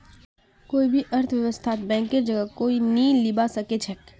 कोई भी अर्थव्यवस्थात बैंकेर जगह कोई नी लीबा सके छेक